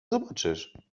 zobaczysz